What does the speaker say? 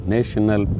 National